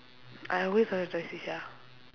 I always wanted to try shisha